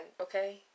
okay